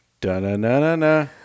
Da-na-na-na-na